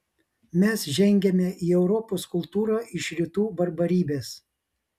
mes žengiame į europos kultūrą iš rytų barbarybės